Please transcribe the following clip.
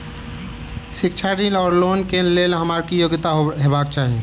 शिक्षा ऋण वा लोन केँ लेल हम्मर की योग्यता हेबाक चाहि?